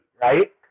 right